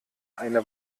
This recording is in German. eine